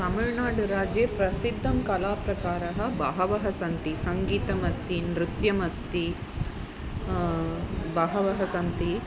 तमिल्नाडुराज्ये प्रसिद्धाः कलाप्रकाराः बहवः सन्ति सङ्गीतमस्ति नृत्यमस्ति बहवः सन्ति